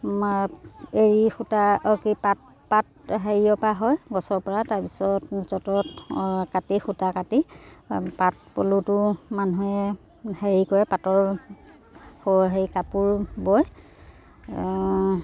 এৰি সূতা অঁ কি পাত পাত হেৰিৰপৰা হয় গছৰপৰা তাৰপিছত যঁতৰত কাটি সূতা কাটি পাত পলুটো মানুহে হেৰি কৰে পাতৰ হেৰি কাপোৰ বয়